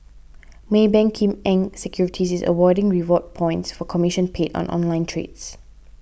Maybank Kim Eng Securities is awarding reward points for commission paid on online trades